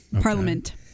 Parliament